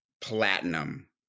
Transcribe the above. platinum